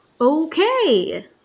Okay